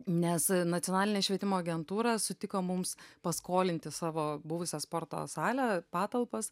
nes nacionalinė švietimo agentūra sutiko mums paskolinti savo buvusią sporto salę patalpas